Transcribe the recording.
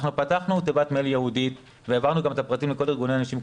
פתחנו תיבת מייל ייעודית והעברנו את הפרטים לכל ארגוני הנשים.